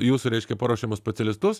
jūsų reiškia paruošiamus specialistus